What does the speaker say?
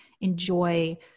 enjoy